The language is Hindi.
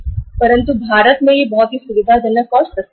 लेकिन आप इसे भारत में सुविधाजनक या सस्ता कह सकते हैं